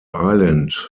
island